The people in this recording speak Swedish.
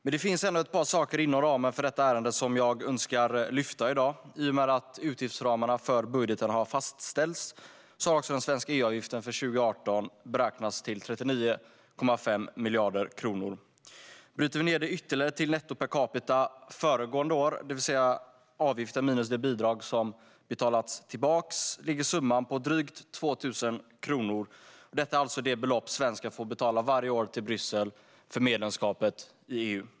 Men det finns ändå ett par saker inom ramen för detta ärende som jag önskar lyfta i dag. I och med att utgiftsramarna för budgeten har fastställts har den svenska EU-avgiften för 2018 beräknats till 39,5 miljarder kronor. Vi kan bryta ned det till netto per capita föregående år, det vill säga avgiften minus de bidrag som betalats tillbaka. Då ligger summan på drygt 2 000 kronor. Detta är alltså det belopp som svensken får betala varje år till Bryssel för medlemskapet i EU.